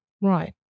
right